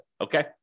Okay